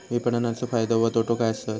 विपणाचो फायदो व तोटो काय आसत?